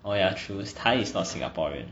oh yeah true thai is not singaporean